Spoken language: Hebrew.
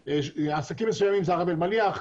עסקים מסוימים זה הרב אלמליח,